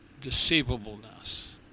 deceivableness